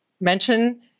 Mention